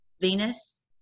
venus